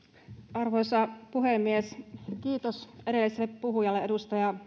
arvoisa puhemies kiitos edelliselle puhujalle edustaja